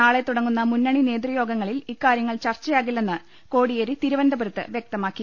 നാളെ തുടങ്ങുന്ന മുന്നണി നേതൃയോഗങ്ങളിൽ ഇക്കാരൃങ്ങൾ ചർച്ചയാകില്ലെന്ന് കോടിയേരി തിരുവനന്തപുരത്ത് വൃക്തമാക്കി